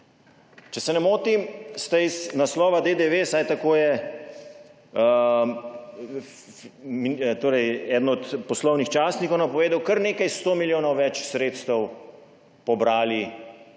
Če se ne motim, ste iz naslova DDV, vsaj tako je eden od poslovnih časnikov napovedal, kar nekaj sto milijonov več sredstev pobrali